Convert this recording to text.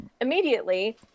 immediately